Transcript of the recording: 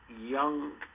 young